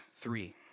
three